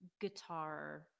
guitar